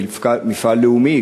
מפעל לאומי,